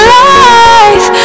life